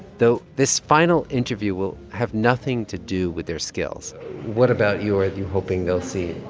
though this final interview will have nothing to do with their skills what about you are you hoping they'll see?